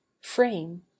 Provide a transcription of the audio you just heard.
frame